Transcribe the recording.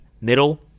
middle